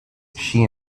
she